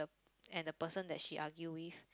and the person that she argue with